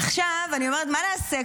עכשיו אני אומרת: מה נעשה?